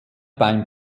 beim